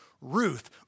Ruth